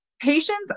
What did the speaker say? Patients